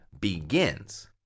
begins